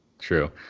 True